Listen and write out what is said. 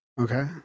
Okay